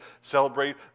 celebrate